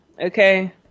Okay